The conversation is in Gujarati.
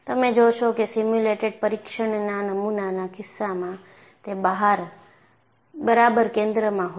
તમે જોશો કે સિમ્યુલેટેડ પરીક્ષણના નમૂનાના કિસ્સામાં તે બરાબર કેન્દ્રમાં હોય છે